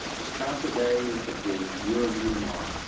it's trump today, it could be you or me tomorrow.